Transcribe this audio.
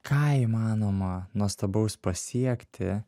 ką įmanoma nuostabaus pasiekti